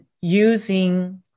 using